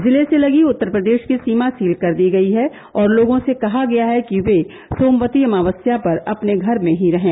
जिले से लगी उत्तर प्रदेश की सीमा सील कर दी गई है और लोगों से कहा गया है कि वे सोमवती अमावस्या पर अपने घर में ही रहें